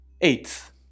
Eighth